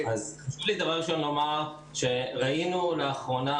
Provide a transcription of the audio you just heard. ראינו לאחרונה,